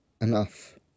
enough